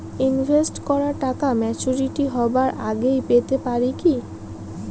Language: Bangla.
ইনভেস্ট করা টাকা ম্যাচুরিটি হবার আগেই পেতে পারি কি?